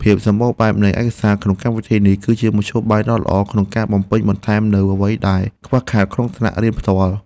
ភាពសម្បូរបែបនៃឯកសារក្នុងកម្មវិធីនេះ គឺជាមធ្យោបាយដ៏ល្អក្នុងការបំពេញបន្ថែមនូវអ្វីដែលខ្វះខាតក្នុងថ្នាក់រៀនផ្ទាល់។